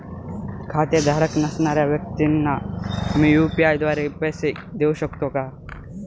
खातेधारक नसणाऱ्या व्यक्तींना मी यू.पी.आय द्वारे पैसे देऊ शकतो का?